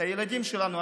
את הילדים שלנו,